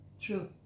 true